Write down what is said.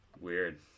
weird